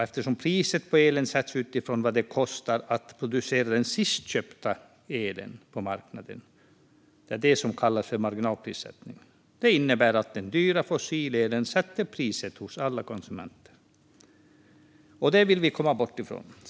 Eftersom priset på elen sätts utifrån vad det kostar att producera den sist köpta elen på marknaden - det är det som kallas marginalprissättning - innebär det att den dyra fossilelen sätter priset hos alla konsumenter. Det vill vi komma ifrån.